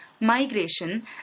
Migration